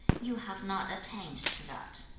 you have not attained to that